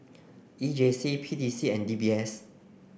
E J C P T C and D B S